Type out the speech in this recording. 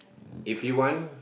if you want